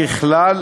ככלל,